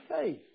faith